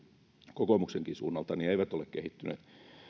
kokoomuksenkin suunnalta eivät ole kehittyneet